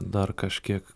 dar kažkiek